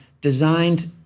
designed